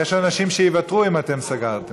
יש אנשים שיוותרו, אם אתם סגרתם.